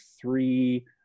three